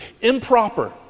improper